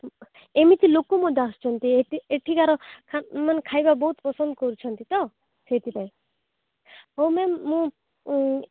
ଏମିତି ଲୋକ ମଧ୍ୟ ଆସୁଛନ୍ତି ଏଠିକାର ମାନେ ଖାଇବା ବହୁତ ପସନ୍ଦ କରୁଛନ୍ତି ତ ସେଇଥି ପାଇଁ ହଉ ମ୍ୟାମ୍ ମୁଁ